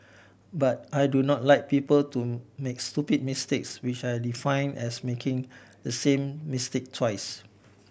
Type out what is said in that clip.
but I do not like people to make stupid mistakes which I define as making the same mistake twice